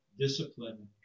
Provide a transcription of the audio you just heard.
discipline